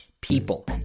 people